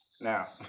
Now